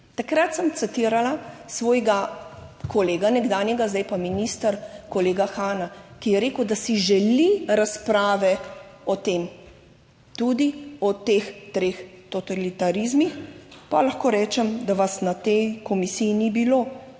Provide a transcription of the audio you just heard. Takrat sem citirala svojega kolega, nekdanjega, zdaj je pa minister, kolega Hana, ki je rekel, da si želi razprave o tem, tudi o teh treh totalitarizmih, pa lahko rečem, da vas na tej komisiji ni bilo